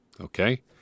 Okay